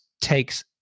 takes